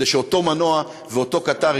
כדי שאותו מנוע ואותו קטר,